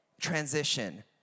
transition